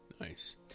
nice